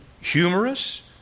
humorous